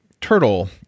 turtle